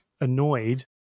annoyed